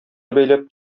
бәйләп